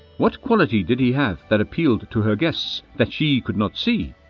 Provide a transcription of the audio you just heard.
what quality did he have that appealed to her guests that she could not see?